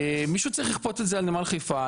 מישהו צריך לכפות את זה על נמל חיפה,